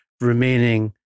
remaining